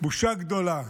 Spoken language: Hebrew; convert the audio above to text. בושה גדולה,